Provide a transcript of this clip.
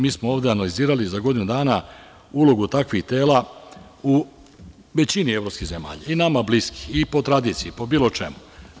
Mi smo ovde analizirali za godinu dana ulogu takvih tela u većini evropskih zemalja i nama bliskih i po tradiciji, po bilo čemu.